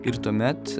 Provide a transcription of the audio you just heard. ir tuomet